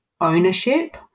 ownership